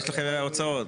הערות?